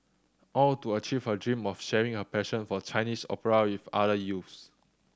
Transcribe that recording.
all to achieve her dream of sharing her passion for Chinese opera with other youths